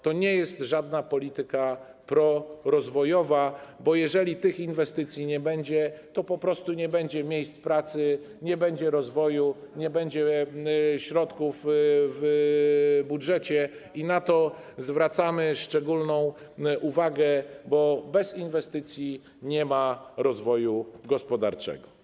To nie jest żadna polityka prorozwojowa, bo jeżeli tych inwestycji nie będzie, to nie będzie miejsc pracy, nie będzie rozwoju, nie będzie środków w budżecie i na to zwracamy szczególną uwagę, bo bez inwestycji nie ma rozwoju gospodarczego.